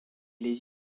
les